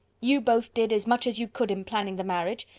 you both did as much as you could in planning the marriage.